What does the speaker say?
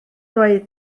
dweud